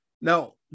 Now